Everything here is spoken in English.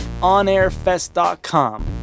onairfest.com